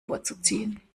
vorzuziehen